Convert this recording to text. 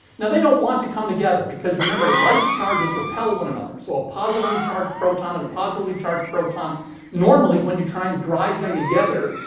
now, they don't want to come together because, remember, like charges repel one another, so a positively charged proton and a positively charged proton normally, when you try to and drive them together,